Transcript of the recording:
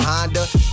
Honda